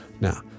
Now